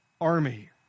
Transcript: army